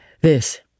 This